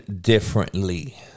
differently